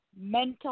mental